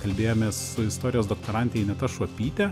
kalbėjomės su istorijos doktorante ineta šuopyte